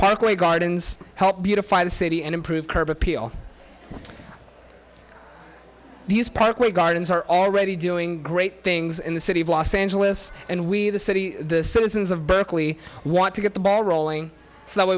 parkway gardens help beautify the city and improve curb appeal these parkway gardens are already doing great things in the city of los angeles and we the city the citizens of berkeley want to get the ball rolling so